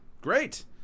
Great